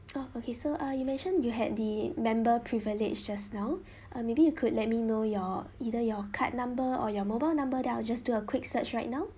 oh okay so uh you mentioned you had the member privilege just now uh maybe you could let me know your either your card number or your mobile number then I will just do a quick search right now